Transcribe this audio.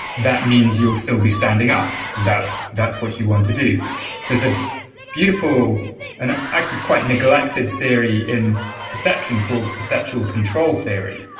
that means you'll still be standing up, and that's that's what you want to do there's a beautiful and actually quite a neglected theory in perception called perceptual control theory.